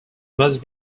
must